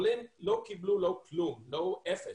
אלא הם לא קיבלו כלום, אפס.